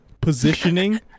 positioning